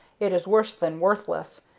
it is worse than worthless,